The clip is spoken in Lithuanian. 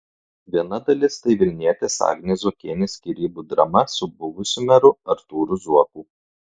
viena dalis tai vilnietės agnės zuokienės skyrybų drama su buvusiu meru artūru zuoku